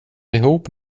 ihop